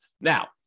Now